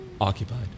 occupied